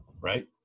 Right